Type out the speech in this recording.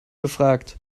gefragt